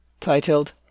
titled